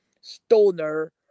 stoner